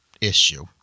issue